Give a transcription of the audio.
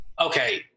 okay